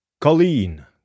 Colleen